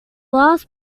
last